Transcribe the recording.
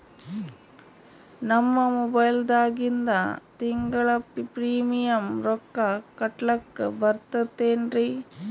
ನಮ್ಮ ಮೊಬೈಲದಾಗಿಂದ ತಿಂಗಳ ಪ್ರೀಮಿಯಂ ರೊಕ್ಕ ಕಟ್ಲಕ್ಕ ಬರ್ತದೇನ್ರಿ?